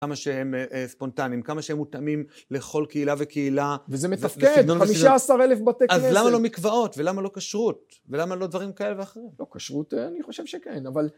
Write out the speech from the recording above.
כמה שהם ספונטניים, כמה שהם מותאמים לכל קהילה וקהילה. וזה מתפקד, 15 אלף בתי כנסת. אז למה לא מקוואות ולמה לא כשרות, ולמה לא דברים כאלה ואחרים? לא, כשרות אני חושב שכן, אבל...